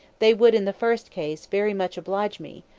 they would, in the first case, very much oblige me,